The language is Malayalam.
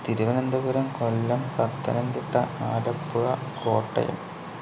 തിരുവന്തപുരം കൊല്ലം പത്തനംതിട്ട ആലപ്പുഴ കോട്ടയം